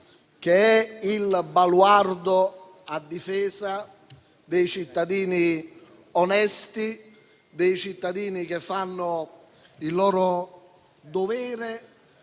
che è il baluardo a difesa dei cittadini onesti, dei cittadini che fanno il loro dovere